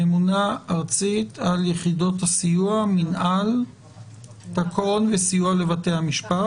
ממונה ארצית על יחידות הסיוע תקון וסיוע לבתי המשפט.